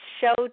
show